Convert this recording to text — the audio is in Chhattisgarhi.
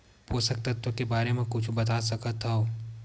पोषक तत्व के बारे मा कुछु बता सकत हवय?